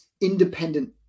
independent